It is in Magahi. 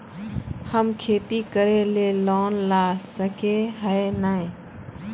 हम खेती करे ले लोन ला सके है नय?